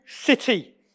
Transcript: city